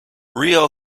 rio